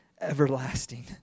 everlasting